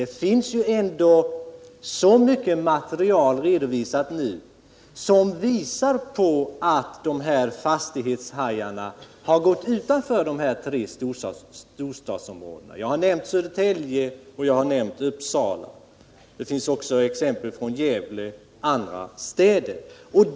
Det finns ju ändå nu så mycket material som visar att dessa fastighetshajar gått utanför de tre storstadsområdena. Jag har i det avseendet som exempel nämnt att sådant förekommit i Södertälje och i Uppsala, men det finns exempel på att det också har förekommit t.ex. i Gävle och i andra städer.